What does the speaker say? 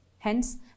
Hence